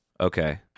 Okay